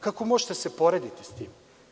Kako možete da se poredite s tim?